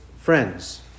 friends